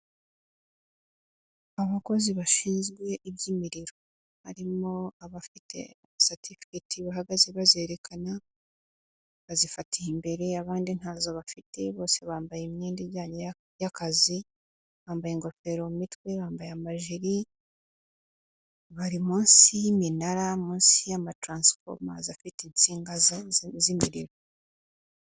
Abakozi bashinzwe iby'imiriro, barimo abafite satifikete bahagaze bazerekana bazifatiye imbere, abandi ntazo bafite, bose bambaye imyenda ijyanye y'akazi, bambaye ingofero mu mitwe, bambaye amajiri bari munsi y'iminara munsi, ya matarasifo afite insinga z'imiriro.